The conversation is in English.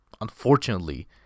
unfortunately